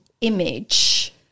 image